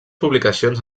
publicacions